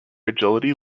agility